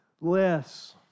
less